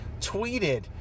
tweeted